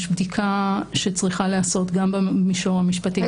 יש בדיקה שצריכה להיעשות גם במישור המשפטי וגם במישור הטכנולוגי.